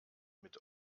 mit